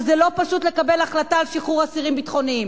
שזה לא פשוט לקבל החלטה על שחרור אסירים ביטחוניים